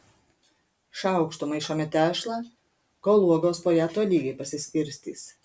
šaukštu maišome tešlą kol uogos po ją tolygiai pasiskirstys